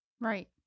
Right